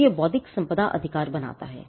तो यह बौद्धिक संपदा अधिकार बनाता है